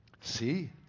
See